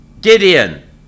Gideon